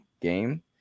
game